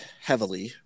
heavily